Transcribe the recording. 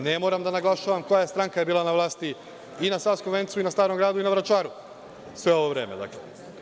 Ne moram da naglašavam koja je stranka bila na vlasti i na Savskom Vencu i na Starom Gradu i na Vračaru sve ovo vreme.